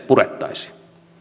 purettaisiin